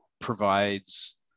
provides